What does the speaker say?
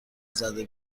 زده